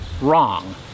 wrong